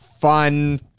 Fun